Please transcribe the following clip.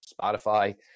Spotify